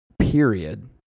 period